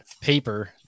paper